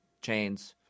Chains